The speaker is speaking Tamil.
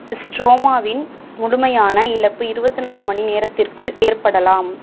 ஸ்ட்ரோமாவின் முழுமையான இழப்பு இருபத்தி நாலு மணி நேரத்திற்குள் ஏற்படலாம்